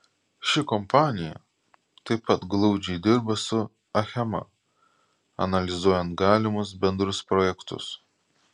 ši kompanija taip pat glaudžiai dirba su achema analizuojant galimus bendrus projektus